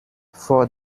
vor